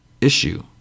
issue